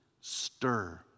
stir